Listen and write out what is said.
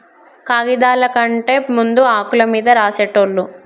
కాగిదాల కంటే ముందు ఆకుల మీద రాసేటోళ్ళు